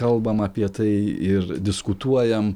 kalbam apie tai ir diskutuojam